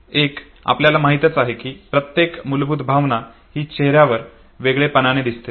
एक आपल्याला माहितच आहे कि प्रत्येक मुलभूत भावना ही चेहऱ्यावर वेगळेपणाने दिसते